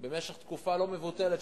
במשך תקופה לא מבוטלת,